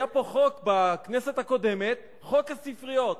היה פה חוק בכנסת הקודמת, חוק הספריות.